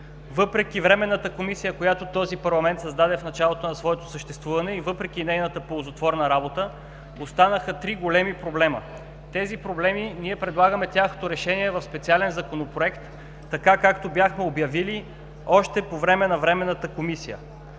Въпреки Временната комисия, която този парламент създаде в началото на своето съществуване и въпреки нейната ползотворна работа, останаха три големи проблема. Ние предлагаме тяхното решение в специален Законопроект, така както бяхме обявили още по време на Временната комисия.